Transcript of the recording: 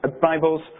Bibles